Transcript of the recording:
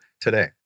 today